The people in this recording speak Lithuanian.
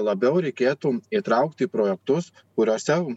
labiau reikėtų įtraukti į projektus kuriuose